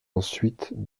ensuite